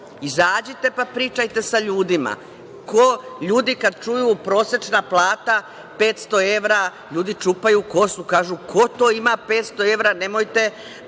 Izađite, pa pričajte sa ljudima. Ljudi kad čuju – prosečna plata 500 evra, ljudi čupaju kosu, kažu – ko to ima 500 evra? Nemojte